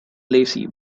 lacy